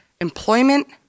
employment